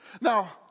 Now